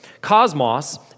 Cosmos